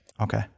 Okay